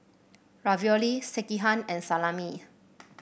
Ravioli Sekihan and Salami